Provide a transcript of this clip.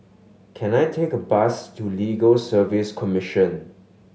can I take a bus to Legal Service Commission